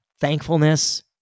thankfulness